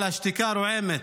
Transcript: אבל השתיקה רועמת,